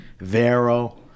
Vero